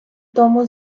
тому